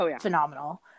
phenomenal